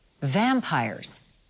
vampires